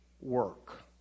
work